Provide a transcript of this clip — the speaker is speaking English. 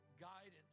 guidance